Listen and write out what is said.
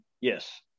yes